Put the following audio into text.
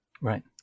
right